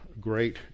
great